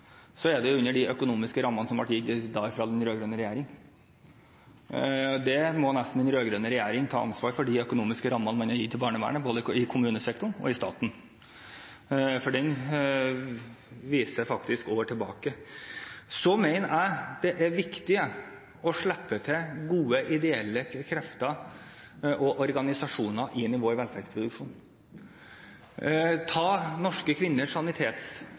så er det under de økonomiske rammene som ble gitt av den rød-grønne regjering. Den rød-grønne regjeringen må nesten ta ansvar for de økonomiske rammene man har gitt barnevernet, både i kommunesektoren og i staten, for de viser faktisk år tilbake. Jeg mener det er viktig å slippe til gode, ideelle krefter og organisasjoner inn i vår velferdsproduksjon. Ta Norske Kvinners